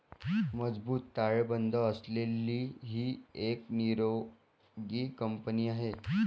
मजबूत ताळेबंद असलेली ही एक निरोगी कंपनी आहे